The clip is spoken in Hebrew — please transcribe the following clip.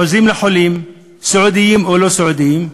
עוזרים לחולים, סיעודיים או לא סיעודיים.